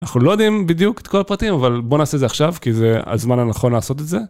אנחנו לא יודעים בדיוק את כל הפרטים אבל בוא נעשה זה עכשיו כי זה הזמן הנכון לעשות את זה.